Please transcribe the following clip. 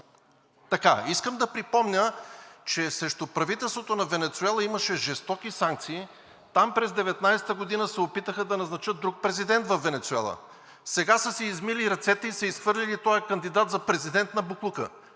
пазар. Искам да припомня, че срещу правителството на Венецуела имаше жестоки санкции. Там през 2019 г. се опитаха да назначат друг президент във Венецуела. Сега са си измили ръцете и са изхвърлили този кандидат за президент на боклука.